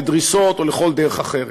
לדריסות או לכל דרך אחרת.